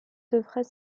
devrait